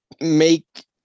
make